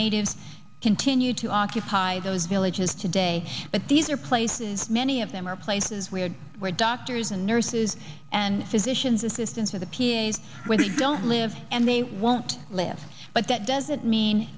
natives continue to occupy those villages today but these are places many of them are places where where doctors and nurses and physicians assistants are the period where they don't live and they won't live but that doesn't mean